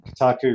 Kotaku